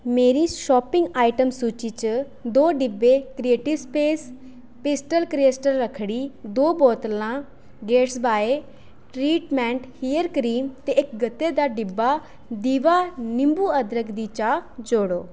मेरी shopping item सूची च दो डिब्बे क्रिएटिव स्पेस पेस्टल क्रिएस्टल रक्खड़ी दो बोतलां गेटसबाई ट्रीटमैंट हियर क्रीम ते इक ग'त्ते दा डिब्बा दिवा निंबू अदरक दी चाह् जोड़ो